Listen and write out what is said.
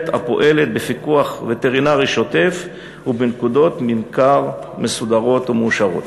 הפועלת בפיקוח וטרינרי שוטף ובנקודות ממכר מסודרות ומאושרות.